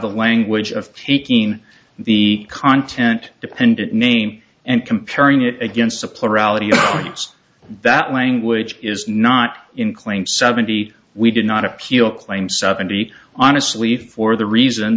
the language of taking the content dependent name and comparing it against supplier reality that language is not in claim seventy we did not appeal claim seventy honestly for the reason